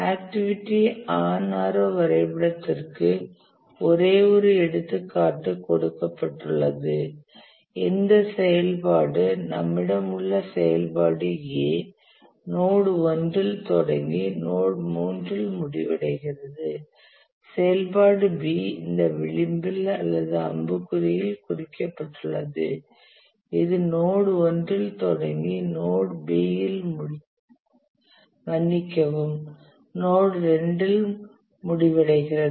activity on arrow வரைபடத்திற்கு ஒரே ஒரு எடுத்துக்காட்டு கொடுக்கப்பட்டுள்ளது இந்த செயல்பாடு நம்மிடம் உள்ள செயல்பாடு A நோட் 1 இல் தொடங்கி நோட் 3 இல் முடிவடைகிறது செயல்பாடு B இந்த விளிம்பில் அல்லது அம்புக்குறியில் குறிக்கப்பட்டுள்ளது இது நோட் 1 இல் தொடங்கி நோட் B இல் மன்னிக்கவும் நோட் 2 இல் முடிவடைகிறது